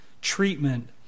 treatment